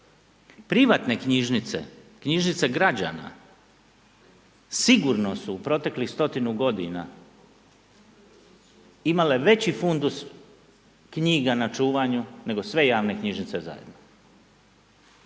Privatne knjižnice, knjižnice građana sigurno su proteklih 100 g. imale veći fundus knjiga na čuvanju nego sve javne knjižnice zajedno.